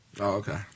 Okay